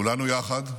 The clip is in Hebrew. כולנו יחד,